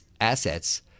assets